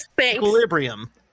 equilibrium